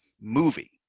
movie